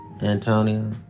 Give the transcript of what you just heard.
Antonio